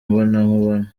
imbonankubone